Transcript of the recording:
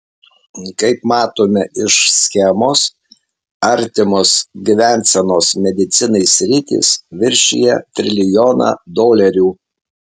kaip matome iš schemos artimos gyvensenos medicinai sritys viršija trilijoną dolerių